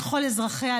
לכל אזרחיה,